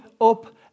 up